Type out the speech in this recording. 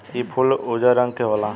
इ फूल उजर रंग के होला